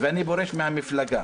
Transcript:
ואני פורש מהמפלגה